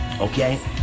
Okay